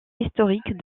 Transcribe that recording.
historique